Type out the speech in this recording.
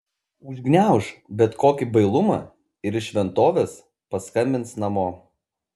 užgniauš bet kokį bailumą ir iš šventovės paskambins namo